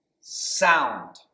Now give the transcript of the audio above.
sound